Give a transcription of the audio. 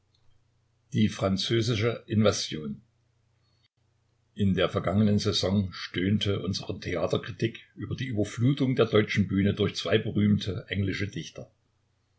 die französische invasion in der vergangenen saison stöhnte unsere theaterkritik über die überflutung der deutschen bühne durch zwei berühmte englische dichter